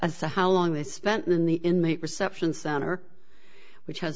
as to how long they spent in the inmate reception center which has